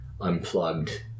unplugged